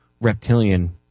reptilian